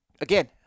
again